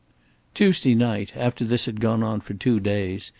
tuesday night, after this had gone on for two days,